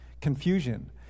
confusion